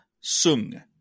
Sung